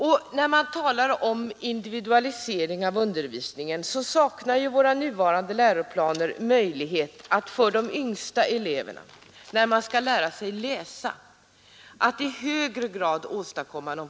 Våra nuvarande läroplaner ger inte möjlighet till individualisering i någon högre grad i undervisningen när de yngsta eleverna skall lära sig läsa.